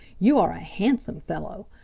you are a handsome fellow!